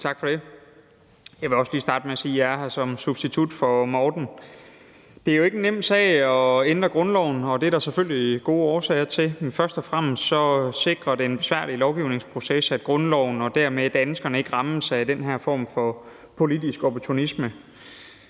Tak for det. Jeg vil lige starte med at sige, at jeg er her som substitut for Morten. Det er jo ikke en nem sag at ændre grundloven, og det er der selvfølgelig gode årsager til. Først og fremmest sikrer en besværlig lovgivningsproces, at grundloven og dermed danskerne ikke rammes af den her form for politisk opportunisme.